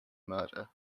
murder